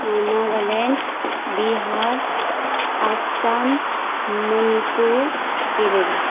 Nagaland Bihar Assam Manipur Kerala